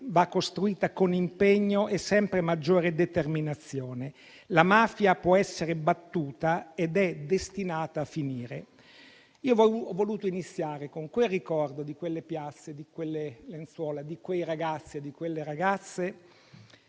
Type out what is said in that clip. va costruita con impegno e sempre maggiore determinazione. La mafia può essere battuta ed è destinata a finire. Ho voluto iniziare con il ricordo di quelle piazze, di quelle lenzuola, di quei ragazzi e di quelle ragazze